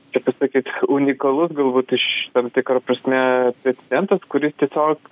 čia pasakyt unikalus galbūt iš tam tikra prasme precedentas kuris tiesiog